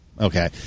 Okay